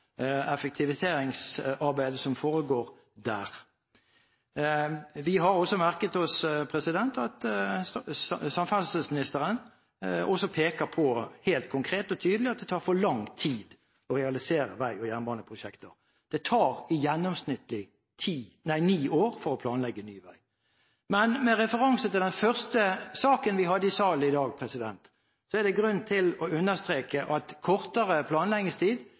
effektiviseringsarbeidet som foregår der. Vi har merket oss at samferdselsministeren også peker på, helt konkret og tydelig, at det tar for lang tid å realisere vei- og jernbaneprosjekter. Det tar gjennomsnittlig ni år å planlegge ny vei. Med referanse til den første saken vi hadde i salen i dag, er det grunn til å understreke at kortere